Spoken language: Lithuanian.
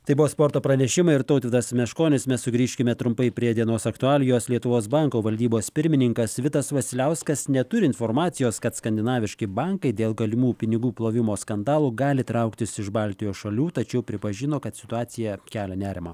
tai buvo sporto pranešimai ir tautvydas meškonis mes sugrįžkime trumpai prie dienos aktualijos lietuvos banko valdybos pirmininkas vitas vasiliauskas neturi informacijos kad skandinaviški bankai dėl galimų pinigų plovimo skandalų gali trauktis iš baltijos šalių tačiau pripažino kad situacija kelia nerimą